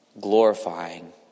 glorifying